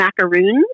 macaroons